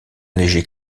léger